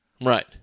Right